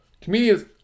Comedians